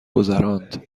گذراند